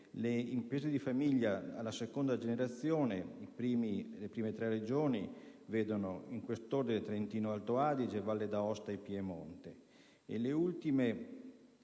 imprese di famiglia alla seconda generazione le prime tre Regioni sono, in quest'ordine, il Trentino-Alto Adige, la Valle d'Aosta e il Piemonte